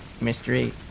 Mystery